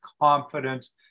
confidence